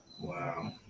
Wow